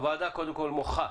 הוועדה מוחה